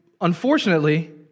unfortunately